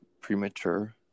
premature